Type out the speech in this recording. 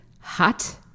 hot